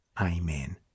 Amen